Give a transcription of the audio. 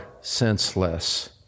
senseless